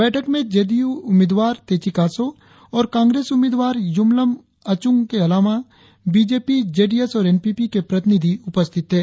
बैठक में जेडीयू उम्मीदवार तेची कासो और कांग्रेस उम्मीदवार युमलम अचुंग के अलावा बीजेपी जेडीएस और एनपीपी के प्रतिनिधि उपस्थित थे